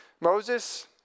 Moses